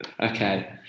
Okay